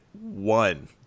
one